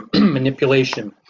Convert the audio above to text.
manipulation